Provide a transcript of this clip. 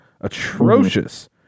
atrocious